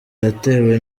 yatewe